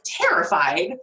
terrified